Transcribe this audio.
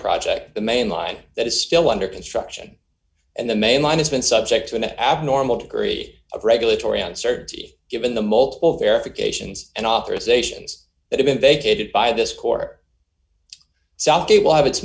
project the mainline that is still under construction and the mainline has been subject to an abnormal degree of regulatory uncertainty given the multiple verifications and authorizations that have been vacated by this court southgate will have it